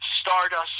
Stardust